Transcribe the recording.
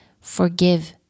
forgive